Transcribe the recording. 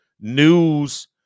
news